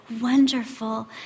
Wonderful